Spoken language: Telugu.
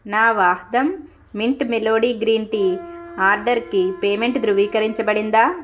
నా Vahdam mint melody green tea ఆర్డర్కి పేమెంటు ధృవీకరించబడిందా